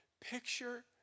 picture